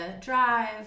drive